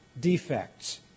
defects